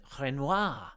Renoir